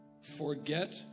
Forget